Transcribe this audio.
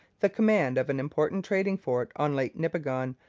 the command of an important trading fort on lake nipigon,